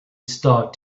start